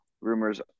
Rumors